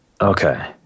Okay